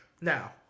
Now